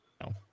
no